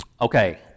Okay